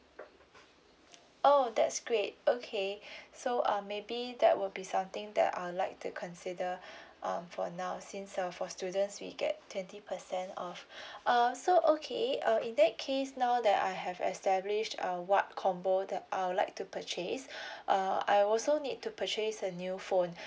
oh that's great okay so uh maybe that will be something that I'd like to consider um for now since uh for students we get twenty percent off um so okay uh in that case now that I have established uh what combo that I'll like to purchase err I also need to purchase a new phone